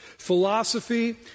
philosophy